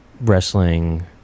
wrestling